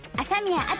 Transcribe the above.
asamiya